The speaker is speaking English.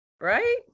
right